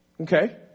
okay